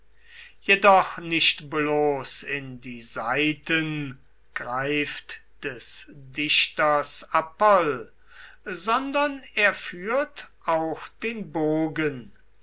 jedoch nicht bloß in die saiten greift des dichters apoll sondern er führt auch den bogen